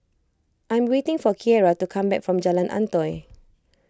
I am waiting for Kiera to come back from Jalan Antoi